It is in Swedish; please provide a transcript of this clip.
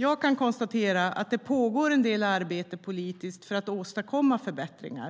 Jag kan konstatera att det pågår en del arbete politiskt för att åstadkomma förbättringar.